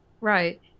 Right